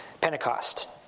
Pentecost